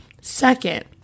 Second